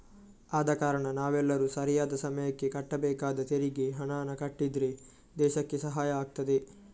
ಆದ ಕಾರಣ ನಾವೆಲ್ಲರೂ ಸರಿಯಾದ ಸಮಯಕ್ಕೆ ಕಟ್ಟಬೇಕಾದ ತೆರಿಗೆ ಹಣಾನ ಕಟ್ಟಿದ್ರೆ ದೇಶಕ್ಕೆ ಸಹಾಯ ಆಗ್ತದೆ